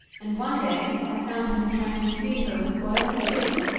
and, one day, i found him trying to feed her with boiling soup,